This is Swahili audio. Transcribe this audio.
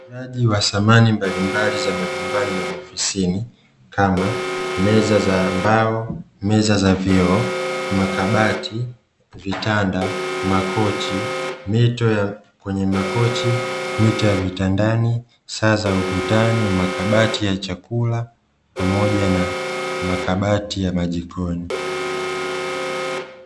Uuzaji wa samani mbalimbali za majumbani na maofisini kama; meza za mbao, meza za vioo, makabati, vitanda, makochi, mito ya makochi, mito ya vitandani, saa za ukutani, makabati ya chakula pamoja na makabati ya majikoni .